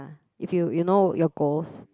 if you you know your goals